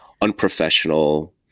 unprofessional